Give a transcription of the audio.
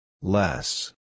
Less